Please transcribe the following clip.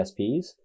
DSPs